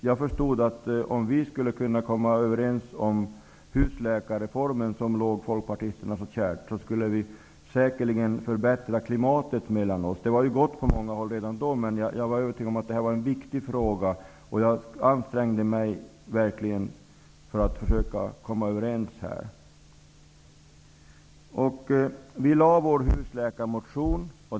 Jag förstod att om vi skulle kunna komma överens om den husläkarreform som var folkpartisterna så kär, skulle vi säkerligen kunna förbättra klimatet mellan oss. Det hade gått bra på många håll redan då, men jag var övertygad om att detta var en viktig fråga. Jag ansträngde mig verkligen för att försöka komma överens. Vi i Ny demokrati väckte vår husläkarmotion.